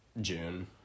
June